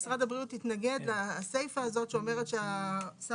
משרד הבריאות התנגד לסיפה הזאת שאומרת שהשר